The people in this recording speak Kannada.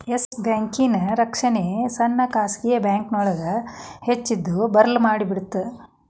ಎಸ್ ಬ್ಯಾಂಕಿನ್ ರಕ್ಷಣೆ ಸಣ್ಣ ಖಾಸಗಿ ಬ್ಯಾಂಕ್ಗಳನ್ನ ಹೆಚ್ ದುರ್ಬಲಮಾಡಿಬಿಡ್ತ್